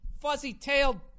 fuzzy-tailed